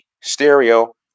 stereo